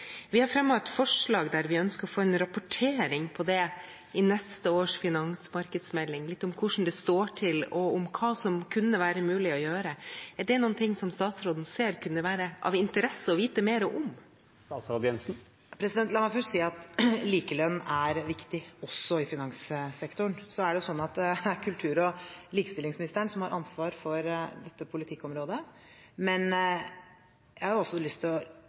Vi har sammen med andre partier fremmet et forslag der vi ønsker å få en rapportering om det i neste års finansmarkedsmelding, litt om hvordan det står til, og om hva som kunne være mulig å gjøre. Er det noe som statsråden ser kunne være av interesse å vite mer om? La meg først si at likelønn er viktig også i finanssektoren. Det er kultur- og likestillingsministeren som har ansvar for dette politikkområdet, men jeg har lyst til å